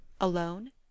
alone